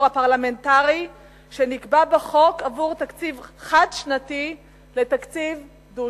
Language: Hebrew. הפרלמנטרי שנקבע בחוק עבור תקציב חד-שנתי לתקציב דו-שנתי.